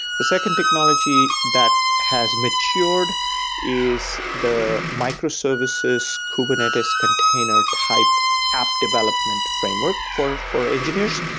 the second technology that has matured is the microservices kubernetes container type app development framework for for engineers,